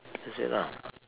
that's it lah